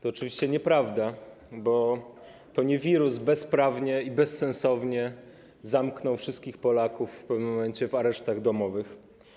To oczywiście nieprawda, bo to nie wirus bezprawnie i bezsensownie zamknął wszystkich Polaków w pewnym momencie w aresztach domowych.